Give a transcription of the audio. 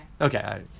Okay